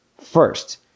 first